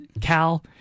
Cal